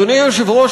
אדוני היושב-ראש,